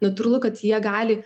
natūralu kad jie gali